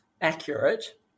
accurate